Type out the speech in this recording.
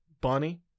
Bonnie